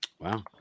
Wow